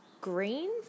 green